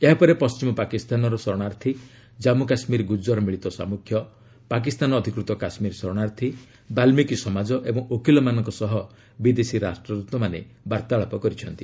ଏହାପରେ ପଣ୍ଟିମ ପାକିସ୍ତାନର ଶରଣାର୍ଥୀ ଜାମ୍ମୁକାଶ୍କୀର ଗୁଜ୍ଜର ମିଳିତ ସାମ୍ମୁଖ୍ୟ ପାକିସ୍ତାନ ଅଧିକୃତ କାଶ୍କୀର ଶରଣାର୍ଥୀ ବାଲ୍ଲିକୀ ସମାଜ ଏବଂ ଓକିଲମାନଙ୍କ ସହ ବିଦେଶୀ ରାଷ୍ଟ୍ରଦ୍ୱତମାନେ ବାର୍ଭାଳାପ କରିଛନ୍ତି